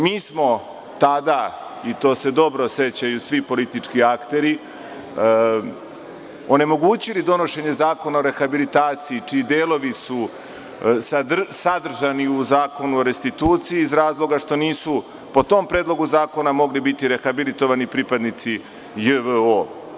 Mi smo tada i to se dobro sećaju svi politički akteri onemogućili donošenje zakona o rehabilitaciji čiji su delovi sadržani u Zakonu o restituciji iz razloga što nisu po tom predlogu zakona mogli biti rehabilitovani pripadnici JVO.